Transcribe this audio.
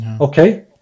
Okay